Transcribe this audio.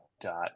dot